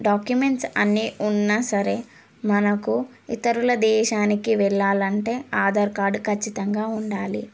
documents అన్నీ ఉన్నా సరే మనకు ఇతరుల దేశానికి వెళ్ళాలి అంటే ఆధార్ కార్డ్ ఖచ్చితంగా ఉండాలి